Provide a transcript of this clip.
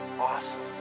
awesome